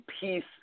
Peace